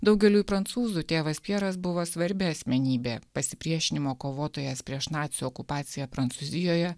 daugeliui prancūzų tėvas pjeras buvo svarbi asmenybė pasipriešinimo kovotojas prieš nacių okupaciją prancūzijoje